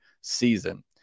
season